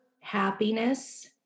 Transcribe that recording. happiness